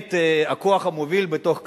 באמת הכוח המוביל בתוך קדימה.